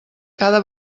cada